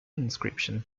inscription